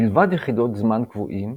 מלבד יחידות זמן קבועים,